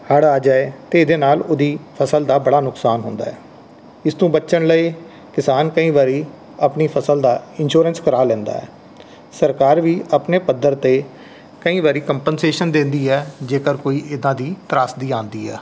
ਹੜ੍ਹ ਆ ਜਾਏ ਅਤੇ ਇਹਦੇ ਨਾਲ ਉਹਦੀ ਫਸਲ ਦਾ ਬੜਾ ਨੁਕਸਾਨ ਹੁੰਦਾ ਹੈ ਇਸ ਤੋਂ ਬੱਚਣ ਲਈ ਕਿਸਾਨ ਕਈ ਵਾਰੀ ਆਪਣੀ ਫਸਲ ਦਾ ਇਨਸੋ਼ਰੈਂਸ ਕਰਾ ਲੈਂਦਾ ਹੈ ਸਰਕਾਰ ਵੀ ਆਪਣੇ ਪੱਧਰ 'ਤੇ ਕਈ ਵਾਰੀ ਕੰਪਨਸ਼ੇਸ਼ਨ ਦਿੰਦੀ ਹੈ ਜੇਕਰ ਕੋਈ ਇੱਦਾਂ ਦੀ ਤ੍ਰਾਸਦੀ ਆਉਂਦੀ ਆ